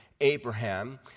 Abraham